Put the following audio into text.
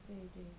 对对